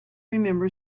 remember